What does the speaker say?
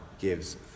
gives